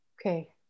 Okay